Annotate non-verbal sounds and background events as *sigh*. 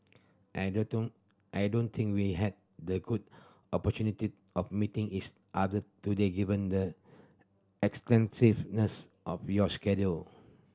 I *unintelligible* I don't think we had the good opportunity of meeting each other today given the extensiveness of your schedule